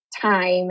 time